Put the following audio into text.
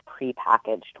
prepackaged